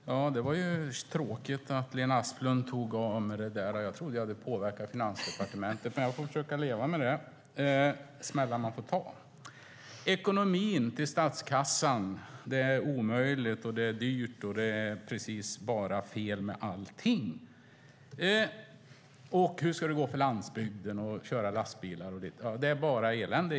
Herr talman! Det var tråkigt att Lena Asplund tog ifrån mig det. Jag trodde att jag hade påverkat Finansdepartementet. Jag får försöka leva med det; det är smällar man får ta. Ni talar om ekonomin i statskassan, att det är omöjligt, att det är dyrt och att allt är fel. Hur ska det gå för landsbygden? Det är bara elände.